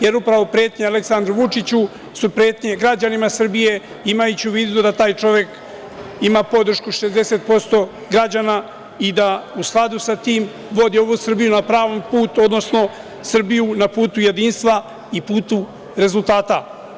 Jer, upravo su pretnje Aleksandru Vučiću pretnje građanima Srbije, imajući u vidu da taj čovek ima podršku 60% građana i da, u skladu sa tim, vodi ovu Srbiju na pravom putu, odnosno Srbiju na putu jedinstva i putu rezultata.